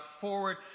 forward